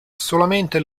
solamente